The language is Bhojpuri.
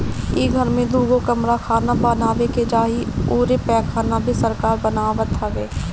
इ घर में दुगो कमरा खाना बानवे के जगह अउरी पैखाना भी सरकार बनवावत हवे